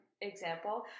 example